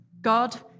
God